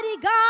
God